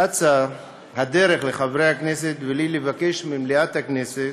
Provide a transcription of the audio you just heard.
אצה הדרך לחברי הכנסת, ועלי לבקש ממליאת הכנסת